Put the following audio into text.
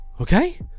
Okay